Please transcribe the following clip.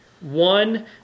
one